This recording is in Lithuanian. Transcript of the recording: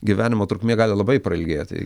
gyvenimo trukmė gali labai prailgėti